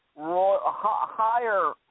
higher